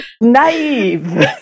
naive